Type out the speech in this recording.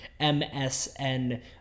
MSN